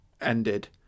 ended